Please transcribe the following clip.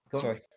sorry